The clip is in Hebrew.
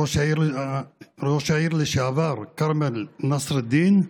ראש העיר לשעבר כרמל נסראלדין,